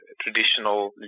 traditional